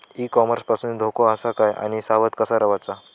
E commerce पासून धोको आसा काय आणि सावध कसा रवाचा?